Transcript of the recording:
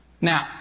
Now